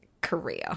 career